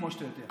כמו שאתה יודע.